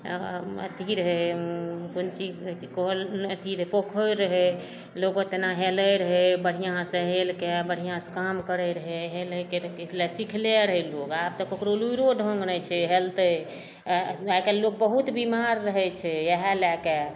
आ आब अथी रहै कोन चीज कहै छै कल नहि अथी रहै पोखरि रहै लोग तेना हेलै रहै बढ़िऑं से हेल कऽ बढ़िऑं से काम करै रहै हेलैके तऽ सिखले सिखले रहै लोग आब तऽ ककरो लुइरो ढंग नहि छै हेलतै आइकाल्हि लोग बहुत बीमार रहै छै इहए लए कऽ